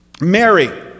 Mary